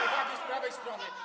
uwagi z prawej strony.